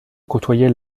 côtoyait